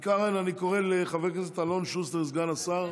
אם כך, אני קורא לחבר הכנסת אלון שוסטר, סגן השר,